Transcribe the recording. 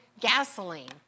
gasoline